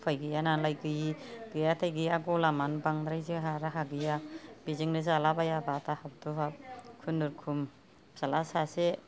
उफाय गैया नालाय गैयि गैयाथाय गैया ग'लामानो बांद्राइ जोंहा राहा गैया बेजोंनो जाला बायाबा दाहाब दुहाब खुनुरुखुम फिसाला सासे